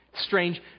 Strange